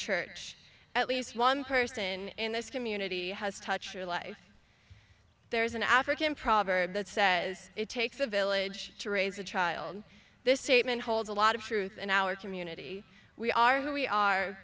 church at least one person in this community has touched your life there is an african proverb that says it takes a village to raise a child this statement holds a lot of truth in our community we are who we are